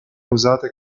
usate